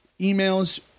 emails